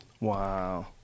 Wow